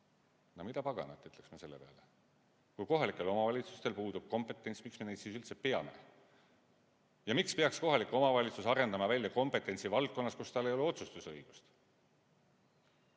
No mida paganat, ütleks ma selle peale. Kui kohalikel omavalitsustel puudub kompetents, miks me neid siis üldse peame? Ja miks peaks kohalik omavalitsus arendama välja kompetentsi valdkonnas, kus tal ei ole otsustusõigust?